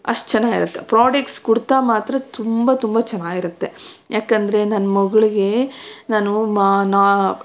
ಅಷ್ಟ್ ಚೆನ್ನಾಗಿರತ್ತೆ ಪ್ರೋಡಕ್ಟ್ಸ್ ಕುಡ್ತಾ ಮಾತ್ರ ತುಂಬ ತುಂಬ ಚೆನ್ನಾಗಿರತ್ತೆ ಯಾಕಂದರೆ ನನ್ನ ಮಗಳಿಗೇ ನಾನು ಮಾ ನಾ